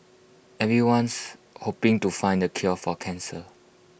everyone's hoping to find the cure for cancer